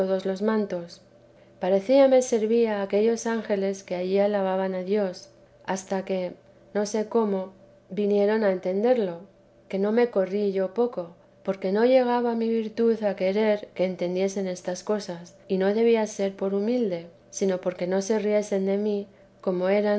los mantos parecíame servía a ángeles que allí alababan a dios hasta que no sé aquellos cómo vinieron a entenderlo que no me corrí yo poco porque no llegaba mi virtud a querer que entendiesen esas cosas y no debía ser por humilde sino porque no se riesen de mí como era